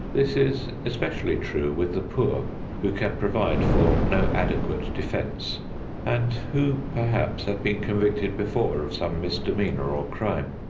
this is especially true with the poor who can provide for no adequate defense and who perhaps have been convicted before of some misdemeanor or crime.